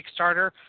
Kickstarter